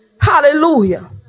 Hallelujah